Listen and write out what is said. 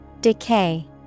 Decay